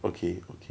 okay okay